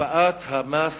הקפאת המס,